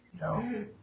No